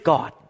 God